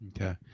Okay